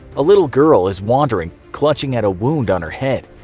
a little girl is wandering, clutching at a wound on her head.